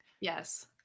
Yes